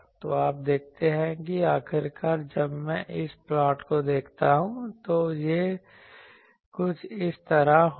तो आप देखते हैं कि आखिरकार जब मैं इस प्लॉट को लेता हूं तो यह कुछ इस तरह होगा